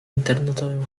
internetowym